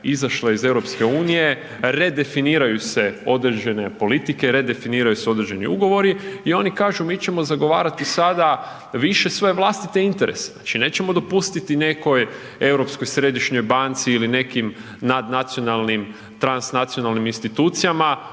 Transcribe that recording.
iz EU, redefiniraju se određene politike, redefiniraju se određeni ugovori i oni kažu mi ćemo zagovarati sada više svoje vlastite interese, znači nećemo dopustiti nekoj Europskoj središnjoj banci ili nekim nadnacionalnim, transnacionalnim institucijama